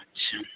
अच्छा